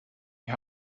ihr